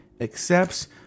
accepts